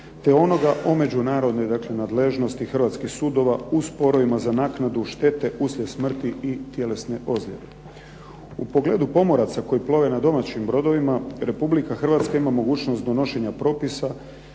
te onoga o međunarodnoj dakle nadležnosti hrvatskih sudova u sporovima za naknadu štete uslijed smrti i tjelesne ozljede. U pogledu pomoraca koji plove na domaćim brodovima Republika Hrvatska ima mogućnost donošenja propisa